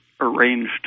arranged